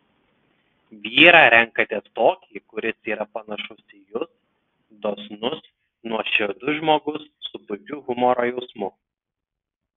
vyrą renkatės tokį kuris yra panašus į jus dosnus nuoširdus žmogus su puikiu humoro jausmu